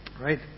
right